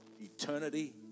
Eternity